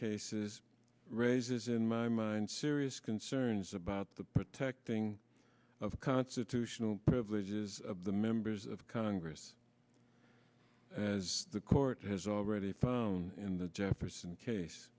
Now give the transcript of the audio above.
cases raises in my mind serious concerns about the protecting of constitutional privileges of the members of congress as the court has already found in the jefferson case